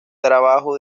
trabajo